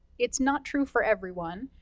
it's not true for everyone,